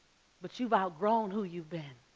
but you've outgrown who you've been.